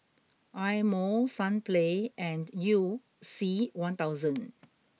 Eye Mo Sunplay and you C one thousand